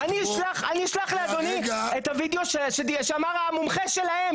אני אשלח לאדוני את הוידאו שאמר המומחה שלהם,